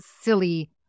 silly